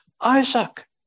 Isaac